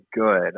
good